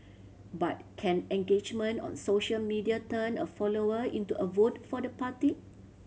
but can engagement on social media turn a follower into a vote for the party